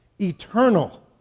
eternal